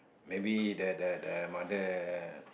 maybe the the the mother